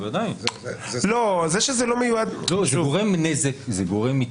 זה גורם נזק, זה גורם מטרד.